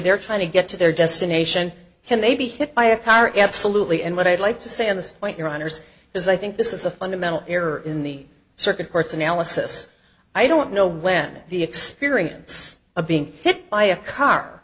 they're trying to get to their destination and they be hit by a car absolutely and what i'd like to say on this point your honour's is i think this is a fundamental error in the circuit courts analysis i don't know when the experience of being hit by a car